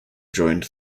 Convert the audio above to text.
joined